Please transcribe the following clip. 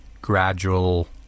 gradual